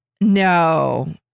No